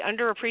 underappreciated